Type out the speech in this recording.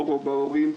פורום ההורים,